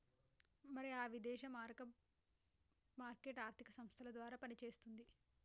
మరి ఆ విదేశీ మారక మార్కెట్ ఆర్థిక సంస్థల ద్వారా పనిచేస్తుంది